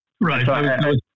Right